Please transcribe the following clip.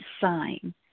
sign